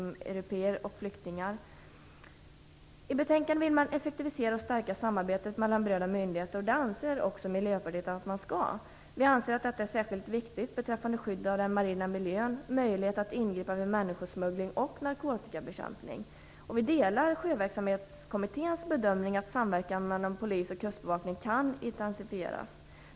Slopandet av de inre gränskontrollerna medför krav på ökad polismakt. I betänkandet vill man effektivisera och stärka samarbetet mellan berörda myndigheter, vilket också Miljöpartiet anser att man skall göra.